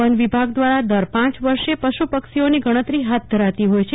one વિભાગ દ્વારા દર પાંચ વર્ષે પશુ પક્ષીઓની ગણતરી હાથ ધરતી હોય છે